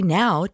now